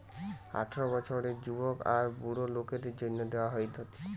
আঠারো বছরের যুবক আর বুড়া লোকদের জন্যে দেওয়া হতিছে